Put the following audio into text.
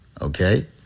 okay